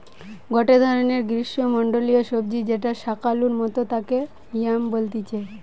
গটে ধরণের গ্রীষ্মমন্ডলীয় সবজি যেটা শাকালুর মতো তাকে য়াম বলতিছে